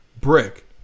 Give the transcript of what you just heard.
brick